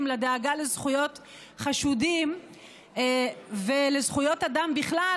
לדאגה לזכויות חשודים ולזכויות אדם בכלל,